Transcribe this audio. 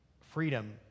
Freedom